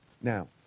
now